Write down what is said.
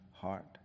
heart